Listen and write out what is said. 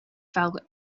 fell